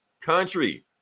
Country